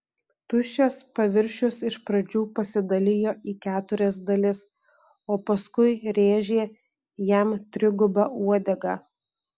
tuščias paviršius iš pradžių pasidalijo į keturias dalis o paskui rėžė jam triguba uodega